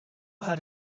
had